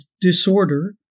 disorder